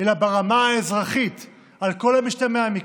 אלא ברמה האזרחית על כל המשתמע מכך.